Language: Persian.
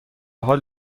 حال